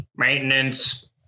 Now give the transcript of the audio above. maintenance